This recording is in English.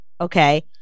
Okay